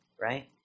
right